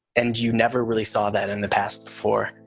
and you never really saw that in the past before.